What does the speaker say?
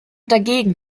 dagegen